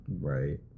Right